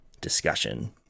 discussion